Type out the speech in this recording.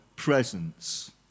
presence